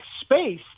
space